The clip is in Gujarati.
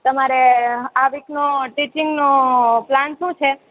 તમારે આ વીકનો ટીચિંગનો પ્લાન શું છે